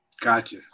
Gotcha